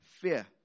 fear